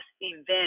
event